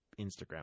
Instagram